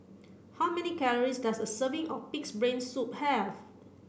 how many calories does a serving of pig's brain soup have